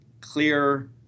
clear